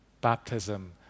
Baptism